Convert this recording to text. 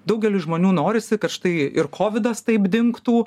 daugeliui žmonių norisi kad štai ir kovidas taip dingtų